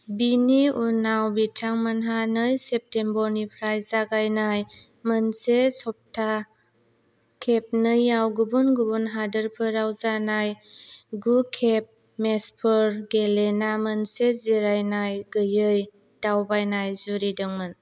बिनि उनाव बिथांमोनहा नै सेप्तेम्बरनिफ्राय जागायनाय मोनसे सफ्था खेबनैयाव गुबुन गुबुन हादोरफोराव जानाय गु खेब मेचफोर गेलेना मोनसे जिरायनाय गैयै दावबायनाय जुरिदोंमोन